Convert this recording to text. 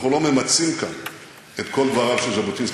אנחנו לא ממצים כאן את כל דבריו של ז'בוטינסקי,